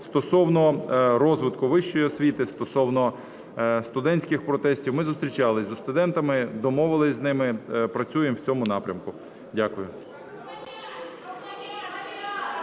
Стосовно розвитку вищої освіти, стосовно студентських протестів. Ми зустрічалися зі студентами, домовились з ними, працюємо в цьому напрямку. Дякую.